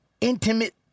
intimate